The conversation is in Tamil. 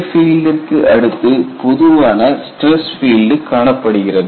K பீல்டிற்கு அடுத்து பொதுவான ஸ்டிரஸ் பீல்டு காணப்படுகிறது